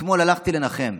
אתמול הלכתי לנחם.